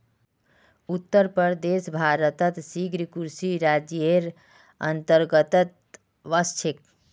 उत्तर प्रदेश भारतत शीर्ष कृषि राज्जेर अंतर्गतत वश छेक